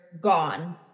gone